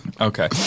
Okay